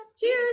Cheers